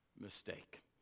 mistake